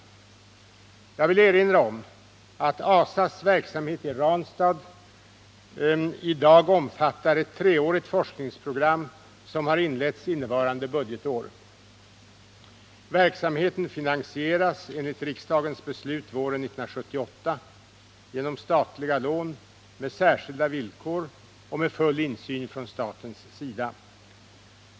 Jag vill erinra om att ASA:s verksamhet i Ranstad i dag omfattar ett treårigt forskningsprogram som har inletts innevarande budgetår. Verksamheten finansieras enligt riksdagens beslut våren 1978 genom statliga lån med särskilda villkor och med full insyn från statens sida.